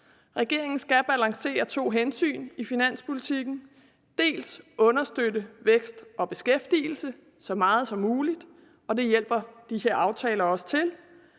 Regeringen skal balancere to hensyn i finanspolitikken, dels understøtte vækst og beskæftigelse så meget som muligt, og det hjælper de her aftaler også til,